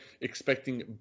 expecting